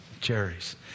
cherries